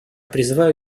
призываю